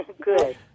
Good